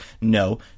No